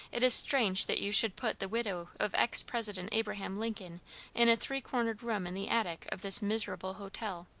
it is strange that you should put the widow of ex-president abraham lincoln in a three-cornered room in the attic of this miserable hotel.